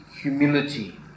humility